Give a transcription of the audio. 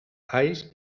alls